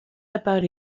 about